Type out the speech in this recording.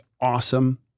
awesome